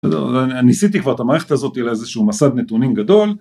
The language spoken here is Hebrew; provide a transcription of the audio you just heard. לא, לא... אני ניסיתי כבר את המערכת הזאת לאיזשהו מסד נתונים גדול